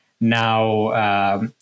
Now